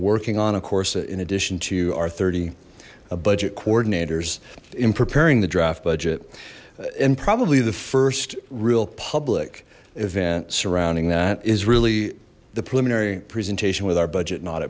working on a course in addition to our thirty a budget coordinators in preparing the draft budget and probably the first real public event surrounding that is really the preliminary presentation with our budget not